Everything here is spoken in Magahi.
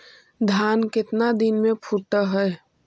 धान केतना दिन में फुट है?